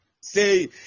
Say